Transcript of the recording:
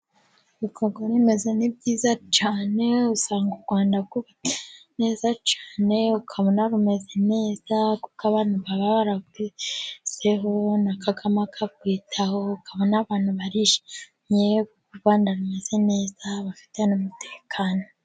ibikorwa remezo ni byiza cyane, usanga u Rwanda rwubatse neza cyane, ukabona rumeze neza, kuko abantu baba bararwiseho, na Kagame akarwitaho, ukabona n'abantu barishimye, u Rwanda rumeze neza, bafite n'umutekano.